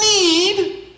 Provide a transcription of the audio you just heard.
need